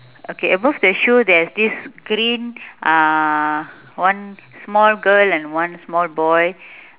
okay above the shoe there is this green uhh one small girl and one small boy